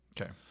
Okay